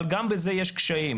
אבל גם בזה יש קשיים,